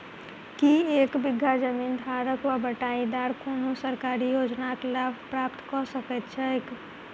की एक बीघा जमीन धारक वा बटाईदार कोनों सरकारी योजनाक लाभ प्राप्त कऽ सकैत छैक?